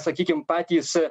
sakykim patys